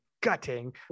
gutting